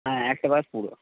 হ্যাঁ একটা বাস পুরো